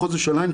מחוז ירושלים,